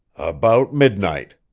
about midnight.